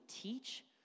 teach